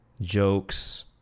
Jokes